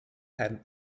had